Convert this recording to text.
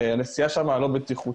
הנסיעה שם היא לא בטיחותית.